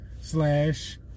slash